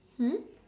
hmm